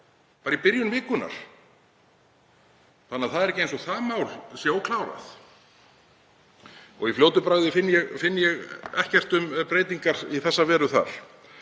bara í byrjun vikunnar, þannig að það er ekki eins og það mál sé óklárað. Í fljótu bragði finn ég ekkert um breytingar í þessa veru þar.